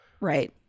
right